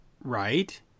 right